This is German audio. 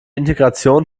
integration